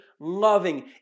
loving